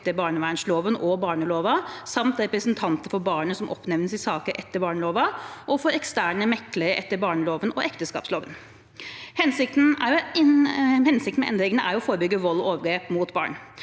etter barnevernsloven og barneloven, samt representanter for barnet som oppnevnes i saker etter barneloven, og for eksterne meklere etter barneloven og ekteskapsloven. Hensikten med endringene er å forebygge vold og overgrep mot barn,